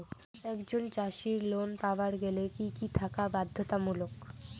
একজন চাষীর লোন পাবার গেলে কি কি থাকা বাধ্যতামূলক?